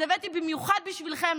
אז הבאתי במיוחד בשבילכם,